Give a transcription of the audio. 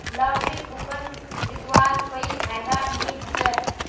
lottery coupon खरीदवार कोई फायदा नी ह छ